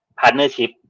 partnership